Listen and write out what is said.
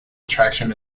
attraction